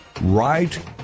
Right